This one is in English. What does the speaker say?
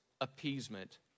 appeasement